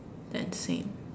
then same